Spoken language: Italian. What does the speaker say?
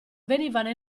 veniva